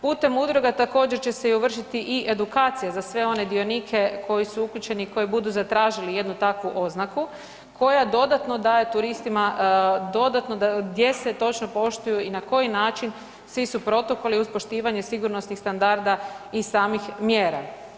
Putem udruga također će se vršiti i edukacije za sve one dionike koji su uključeni i koji budu zatražili jednu takvu oznaku koja dodatno daje turistima dodatno gdje se točno poštuju i na koji način svi su protokoli uz poštivanje sigurnosnih standarda i samih mjera.